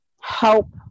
help